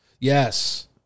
yes